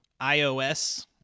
iOS